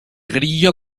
grillo